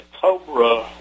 Cobra